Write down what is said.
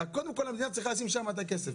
קודם כל המדינה צריכה לשים שם את הכסף,